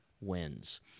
wins